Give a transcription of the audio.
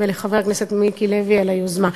ולחבר הכנסת מיקי לוי על היוזמה.